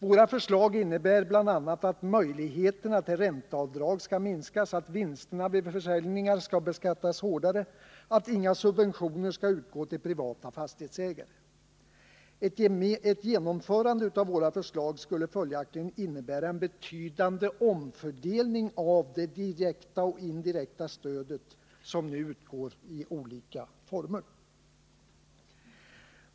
Våra förslag innebär bl.a. att möjligheterna till ränteavdrag skall minskas, att vinsterna vid försäljningar skall beskattas hårdare och att inga subventioner skall utgå till privata fastighetsägare. Ett genomförande av våra förslag skulle följaktligen innebära en betydande omfördelning av det direkta och indirekta stöd som nu utgår i olika former.